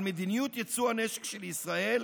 על מדיניות יצוא הנשק של ישראל",